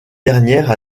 dernière